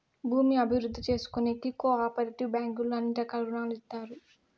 భూమి అభివృద్ధి చేసుకోనీకి కో ఆపరేటివ్ బ్యాంకుల్లో అన్ని రకాల రుణాలు ఇత్తారు